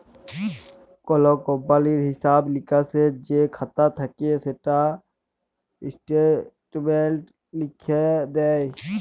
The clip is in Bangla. কল কমপালির হিঁসাব লিকাসের যে খাতা থ্যাকে সেটা ইস্ট্যাটমেল্টে লিখ্যে দেয়